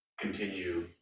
continue